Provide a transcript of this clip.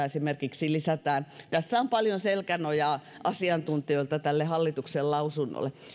esimerkiksi palkkatukea lisätään tässä on paljon selkänojaa asiantuntijoilta näille hallituksen toimille